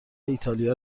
ایتالیا